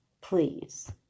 please